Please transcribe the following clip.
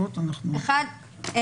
אחת,